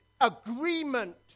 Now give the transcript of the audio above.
agreement